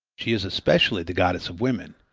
she is especially the goddess of women,